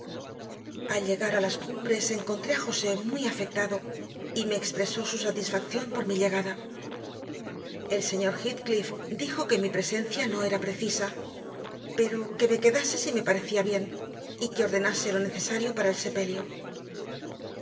al llegar a las cumbres encontré a josé muy afectado y me expresó su satisfacción por mi llegada el señor heathcliff dijo que mi presencia no era precisa pero que me quedase si me parecía bien y que ordenase lo necesario para el sepelio